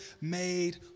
made